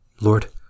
Lord